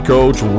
Coach